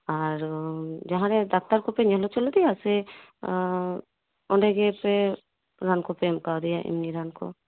ᱟᱨ ᱡᱟᱦᱟᱸᱨᱮ ᱰᱟᱠᱛᱟᱨ ᱠᱚᱯᱮ ᱧᱮᱞ ᱦᱚᱪᱚ ᱞᱮᱫᱮᱭᱟ ᱥᱮ ᱚᱸᱰᱮᱜᱮ ᱥᱮ ᱨᱟᱱ ᱠᱚᱯᱮ ᱮᱢ ᱠᱟᱣᱫᱮᱭᱟ ᱮᱢᱱᱤ ᱨᱟᱱ ᱠᱚ